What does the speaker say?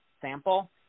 sample